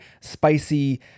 spicy